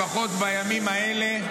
לפחות בימים האלה,